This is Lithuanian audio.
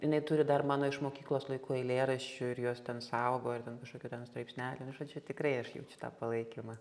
jinai turi dar mano iš mokyklos laikų eilėraščių ir juos ten saugo ir ten kažkokį straipsnelį nu žodžiu tikrai aš jaučiu tą palaikymą